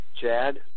Chad